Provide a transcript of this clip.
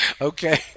Okay